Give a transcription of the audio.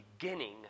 beginning